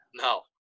No